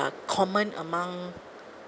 uh common among